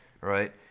right